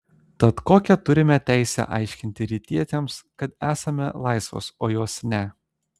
tad kokią turime teisę aiškinti rytietėms kad esame laisvos o jos ne